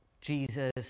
Jesus